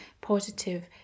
positive